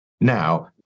Now